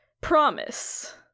promise